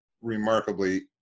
remarkably